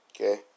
okay